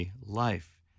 life